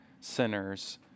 sinners